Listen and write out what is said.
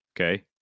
Okay